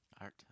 Art